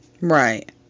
Right